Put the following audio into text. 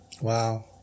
wow